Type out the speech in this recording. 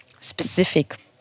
specific